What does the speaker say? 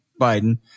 Biden